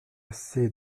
assez